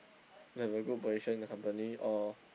to have a good position in the company or